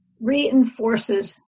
reinforces